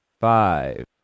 five